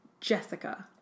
Jessica